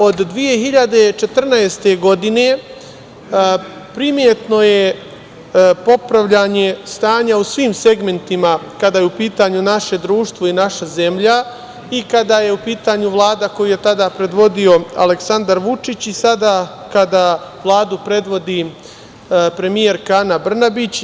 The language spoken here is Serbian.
Od 2014. godine primetno je popravljanje stanja u svim segmentima, kada je u pitanju naše društvo i naša zemlja i kada je u pitanju Vlada koju je tada predvodio Aleksandar Vučić i sada kada Vladu predvodi premijerka Ana Brnabić.